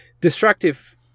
destructive